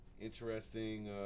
interesting